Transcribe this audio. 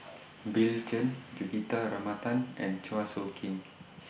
Bill Chen Juthika Ramanathan and Chua Soo Khim